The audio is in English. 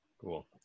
Cool